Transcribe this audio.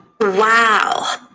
Wow